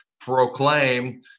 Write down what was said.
proclaim